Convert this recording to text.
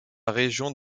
région